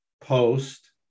post